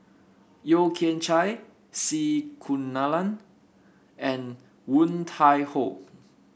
Yeo Kian Chye C Kunalan and Woon Tai Ho